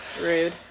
Rude